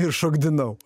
ir šokdinau